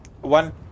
one